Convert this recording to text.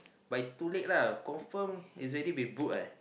but is too late lah confirm it's already been booked what